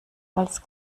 als